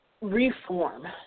reform